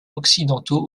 occidentaux